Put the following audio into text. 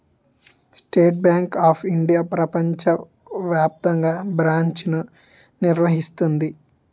state Bank of India ప్రపంచ వ్యాప్తంగా బ్రాంచ్లను నిర్వహిస్తుంది